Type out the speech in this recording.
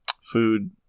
food